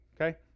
okay